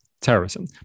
terrorism